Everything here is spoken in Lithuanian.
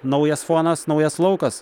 naujas fonas naujas laukas